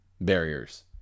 barriers